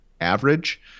Average